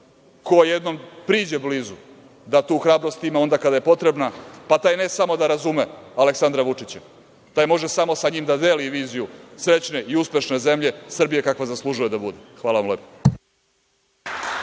Ko jednom priđe blizu da tu hrabrost ima onda kada je potrebna, pa taj ne samo da razume Aleksandra Vučića, taj može samo sa njim da deli viziju srećne i uspešne zemlje Srbije kakva zaslužuje da bude. Hvala.